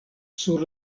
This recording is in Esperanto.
sur